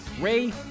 Ray